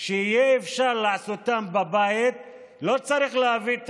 שאפשר לעשותם בבית לא צריך להביא את